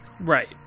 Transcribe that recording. Right